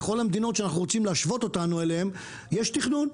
בכל המדינות שאנחנו רוצים להשוות אותנו אליהם יש תכנון.